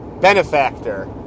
Benefactor